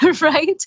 right